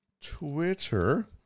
Twitter